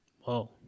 Whoa